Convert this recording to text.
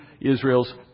Israel's